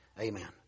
Amen